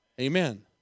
Amen